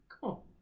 Cool